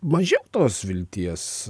mažiau tos vilties